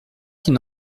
qu’il